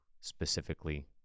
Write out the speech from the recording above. specifically